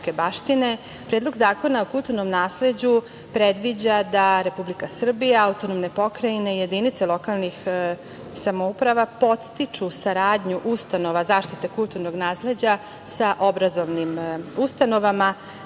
Predlog zakona o kulturnom nasleđu predviđa da Republika Srbija, autonomne pokrajine i jedinice lokalnih samouprava podstiču saradnju ustanova zaštite kulturnog nasleđa sa obrazovnim ustanovama